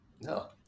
No